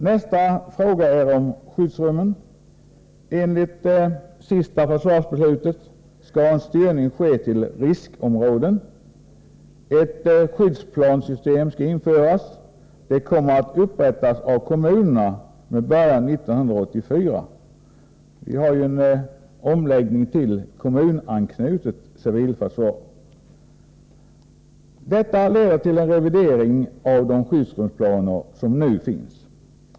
Nästa fråga gäller skyddsrummen. Enligt det senaste försvarsbeslutet skall en styrning av skyddsrumsbyggandet ske till riskområden. Ett skyddsplanesystem skall införas. Skyddsplanerna kommer att upprättas av kommunerna med början under innevarande år — vi har som bekant genomfört en omläggning till kommunanknutet civilförsvar. Detta leder till en revidering av de skyddsrumsplaner som nu finns.